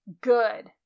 good